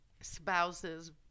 spouse's